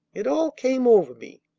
it all came over me,